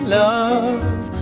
love